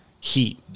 heat